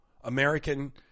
American